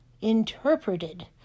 interpreted